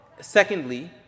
Secondly